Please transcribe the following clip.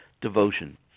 devotion